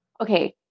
okay